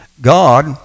God